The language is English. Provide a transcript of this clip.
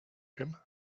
him